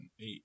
eight